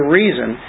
reason